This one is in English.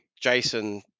Jason